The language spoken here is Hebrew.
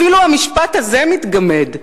אפילו המשפט הזה מתגמד,